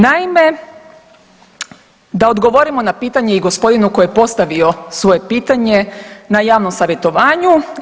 Naime, da odgovorimo na pitanje i gospodinu koji je postavio svoje pitanje na javnom savjetovanju.